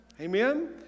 Amen